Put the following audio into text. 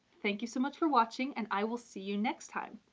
thank you so much for watching, and i will see you next time,